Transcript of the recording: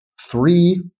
three